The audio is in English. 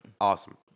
Awesome